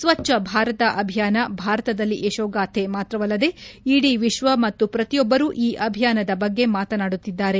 ಸ್ಲಚ್ಲ ಭಾರತ ಅಭಿಯಾನ ಭಾರತದಲ್ಲಿ ಯಶೋಗಾಥೆ ಮಾತ್ರವಲ್ಲದೆ ಇಡೀ ವಿಶ್ವ ಮತ್ತು ಪ್ರತಿಯೊಬ್ಬರೂ ಈ ಅಭಿಯಾನದ ಬಗ್ಗೆ ಮಾತನಾಡುತ್ತಿದ್ದಾರೆ